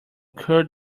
cure